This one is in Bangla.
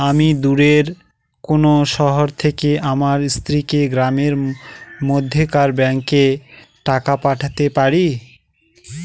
আমি দূরের কোনো শহর থেকে আমার স্ত্রীকে গ্রামের মধ্যেকার ব্যাংকে টাকা পাঠাতে পারি?